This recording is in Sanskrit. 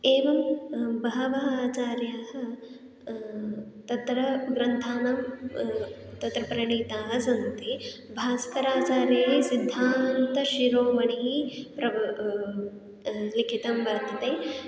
एवं बहवः आचार्याः तत्र ग्रन्थान् तत्र प्रणीताः सन्ति भास्कराचार्यैः सिद्धान्तशिरोमणिः प्र लिखितं वर्तते